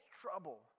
trouble